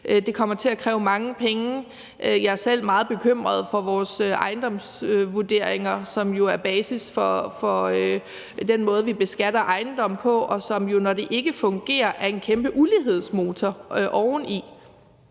Det kommer til at kræve mange penge. Jeg er selv meget bekymret for vores ejendomsvurderinger, som jo er basis for den måde, vi beskatter ejendomme på, og som jo, når det ikke fungerer, er en kæmpe ulighedsmotor oveni.